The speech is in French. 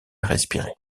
respirer